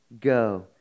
go